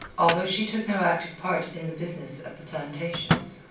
although she took no active part in the business of the plantations.